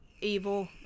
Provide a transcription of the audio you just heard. evil